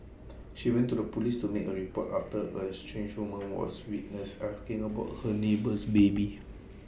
she went to the Police to make A report after A strange woman was witnessed asking about her neighbour's baby